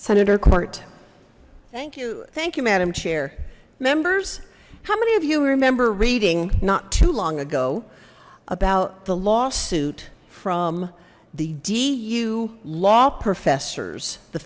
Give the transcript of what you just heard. senator cort thank you thank you madam chair members how many of you remember reading not too long ago about the lawsuit from the d u law professors the